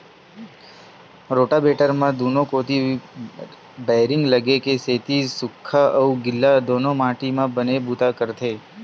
rotavator म दूनो कोती बैरिंग लगे के सेती सूख्खा अउ गिल्ला दूनो माटी म बने बूता करथे